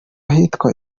ahitwa